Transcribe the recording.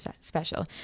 special